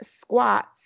squats